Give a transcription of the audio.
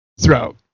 throughout